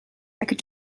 could